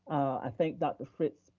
i thank dr. fritz,